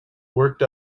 worked